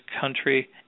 country